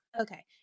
Okay